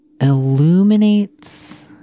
illuminates